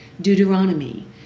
Deuteronomy